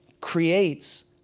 creates